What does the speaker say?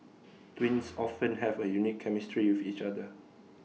twins often have A unique chemistry with each other